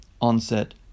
onset